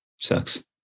Sucks